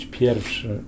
pierwszy